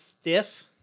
stiff